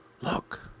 Look